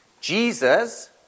Jesus